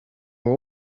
were